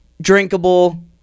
drinkable